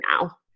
now